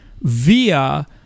via